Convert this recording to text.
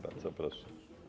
Bardzo proszę.